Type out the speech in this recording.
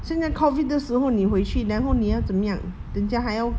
现在 COVID 的时候你回去然后你要怎么样人家还要